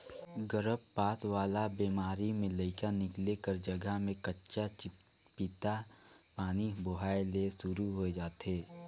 गरभपात वाला बेमारी में लइका निकले कर जघा में कंचा चिपपिता पानी बोहाए ले सुरु होय जाथे